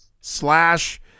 Slash